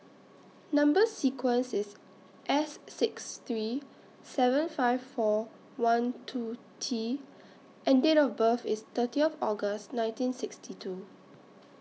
Number sequence IS S six three seven five four one two T and Date of birth IS thirtieth August nineteen sixty two